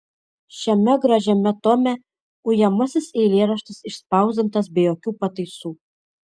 šiame gražiame tome ujamasis eilėraštis išspausdintas be jokių pataisų